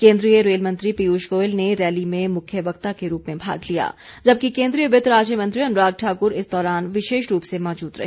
केन्द्रीय रेल मंत्री पीयूष गोयल ने रैली में मुख्य वक्ता के रूप में भाग लिया जबकि केन्द्रीय वित्त राज्य मंत्री अनुराग ठाकुर इस दौरान विशेष रूप से मौजूद रहे